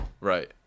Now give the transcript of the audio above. Right